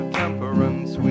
temperance